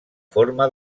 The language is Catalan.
forma